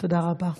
תודה רבה.